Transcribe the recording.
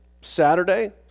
Saturday